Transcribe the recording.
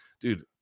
Dude